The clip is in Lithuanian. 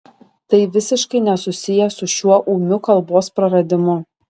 tai visiškai nesusiję su šiuo ūmiu kalbos praradimu